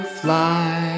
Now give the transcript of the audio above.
fly